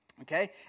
Okay